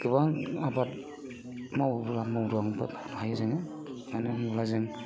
गोबां आबाद मावोब्ला मावनो हायो मानो होनोब्ला जों